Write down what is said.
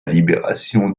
libération